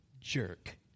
jerk